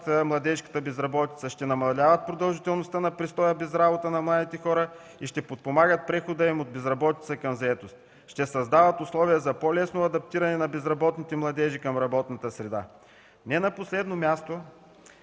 младежката безработица, ще намаляват продължителността на престоя без работа на младите хора и ще подпомагат прехода им от безработица към заетост, ще създават условия за по-лесно адаптиране на безработните младежи към работната среда. Не на последно място,